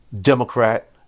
Democrat